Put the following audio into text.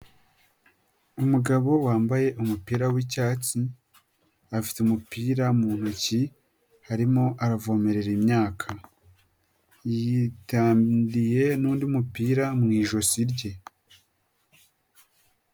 Umugabo wambaye umupira w'icyatsi, afite umupira mu ntoki, arimo aravomerera imyaka, yitandiye n'undi mupira mu ijosi rye.